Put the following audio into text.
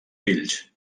fills